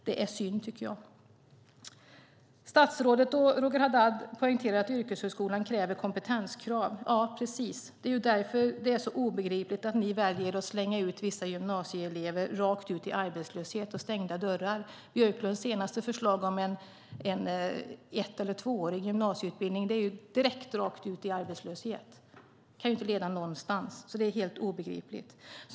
Det tycker jag är synd. Statsrådet och Roger Haddad poängterar att yrkeshögskolan har kompetenskrav. Ja, det är därför det är så obegripligt att ni väljer att slänga ut vissa gymnasieelever rakt ut i arbetslöshet och stänger dörrarna. Björklunds senaste förslag om en ett eller tvåårig gymnasieutbildning skulle leda direkt ut i arbetslöshet. Det kan inte leda någonstans. Det är helt obegripligt.